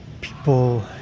people